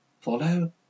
Follow